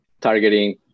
targeting